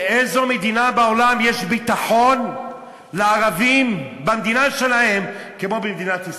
באיזו מדינה בעולם יש ביטחון לערבים במדינה שלהם כמו במדינת ישראל?